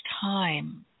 time